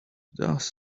does